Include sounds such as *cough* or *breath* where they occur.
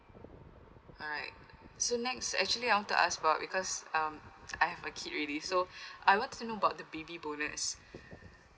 alright so next actually I want to ask about because um I have a kid already so *breath* I want to know about the baby bonus